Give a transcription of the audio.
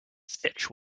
stitch